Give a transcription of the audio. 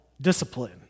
discipline